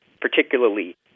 particularly